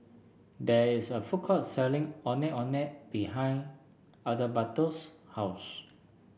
there is a food court selling Ondeh Ondeh behind Adalberto's house